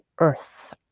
earth